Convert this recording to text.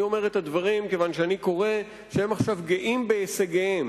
אני אומר את הדברים מכיוון שאני קורא שהם עכשיו גאים בהישגיהם.